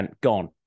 gone